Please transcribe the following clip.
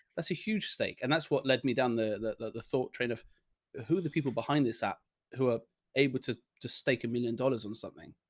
that's a huge stake. and that's what led me down. the, the, the, the thought train of who the people behind this app who are able to to stake one million dollars on something.